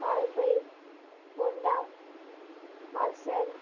Valpoi Honda Marcel